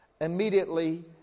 Immediately